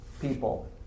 people